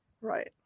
Right